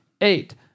eight